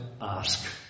ask